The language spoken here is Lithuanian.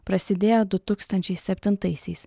prasidėjo du tūkstančiai septintaisiais